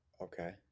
Okay